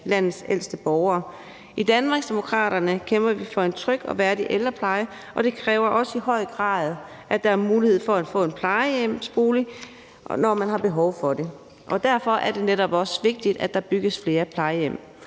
landets ældste borgere. I Danmarksdemokraterne kæmper vi for en tryg og værdig ældrepleje, og det kræver også i høj grad, at der er mulighed for at få en plejehjemsbolig, når man har behov for det. Derfor er det netop også vigtigt, at der bygges flere plejehjem,